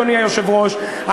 אדוני היושב-ראש,